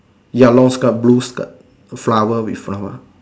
ya lor blue skirt flower with her